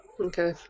okay